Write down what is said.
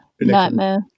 Nightmare